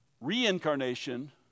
reincarnation